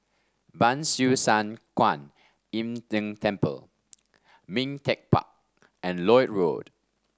Ban Siew San Kuan Im Tng Temple Ming Teck Park and Lloyd Road